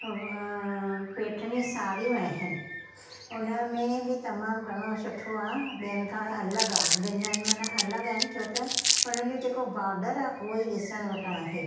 पैठणी साड़ियूं आहिनि हुन में बि तमामु घणो सुठो आहे ॿियनि खां अलॻि आहे भिन्न आहिनि मना अलॻि आहिनि छो त उन खे जेको बॉडर आहे ऊंअईं ॾिसणु वटा आहे